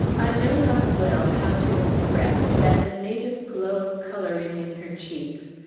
i know not well how to express that the native glow of coloring in her cheeks,